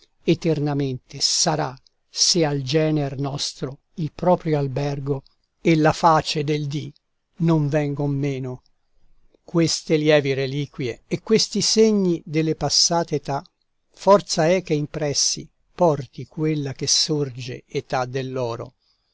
eternamente sarà se al gener nostro il proprio albergo e la face del dì non vengon meno queste lievi reliquie e questi segni delle passate età forza è che impressi porti quella che sorge età